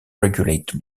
regulate